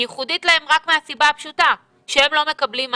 היא ייחודית להם רק מהסיבה הפשוטה שהם לא מקבלים מענה.